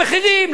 לא כלום.